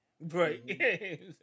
Right